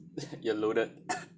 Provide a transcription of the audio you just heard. you're loaded